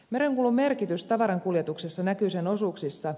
merenkulun merkitys tavarankuljetuksessa näkyy sen osuuksissa